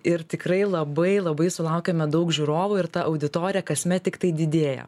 ir tikrai labai labai sulaukiame daug žiūrovų ir ta auditorija kasmet tiktai didėja